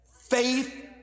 Faith